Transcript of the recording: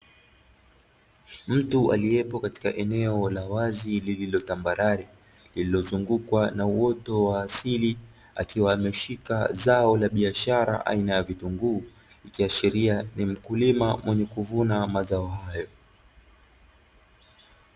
Mtu aliyepo katika eneo la wazi lilo tambarare lilozungukwa na uoto wa asili, akiwa ameshika zao la biashara aina ya vitunguu. Ikiashiria ni mkulima mwenye kuvuna mazao hayo.